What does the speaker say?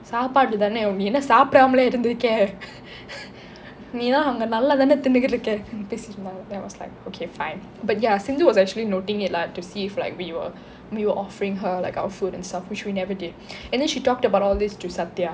சாப்பாடு தானே நீ என்ன சாப்பிடாமலேவா இருந்திருக்கே:saapadu thaane nee enna saapidaamaleva irunthirukke நீ எல்லாம் அங்கே நல்ல தானே தின்னுகிட்டு இருக்கே:nee ellam ange nalla thaane thinnukittu irukke then I was like okay fine but ya sindhu was actually noting it lah to see like if we were we were offering her like our food and our stuff which we never did and then she talked about all of this to sathya